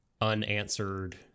unanswered